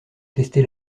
tester